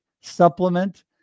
supplement